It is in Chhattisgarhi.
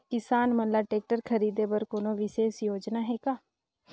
किसान मन ल ट्रैक्टर खरीदे बर कोनो विशेष योजना हे का?